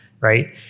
Right